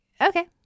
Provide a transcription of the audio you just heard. okay